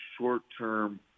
short-term